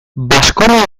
baskonia